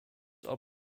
are